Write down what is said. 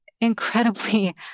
incredibly